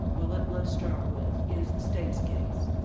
well, like let's start with, it is the state's case.